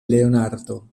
leonardo